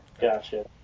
Gotcha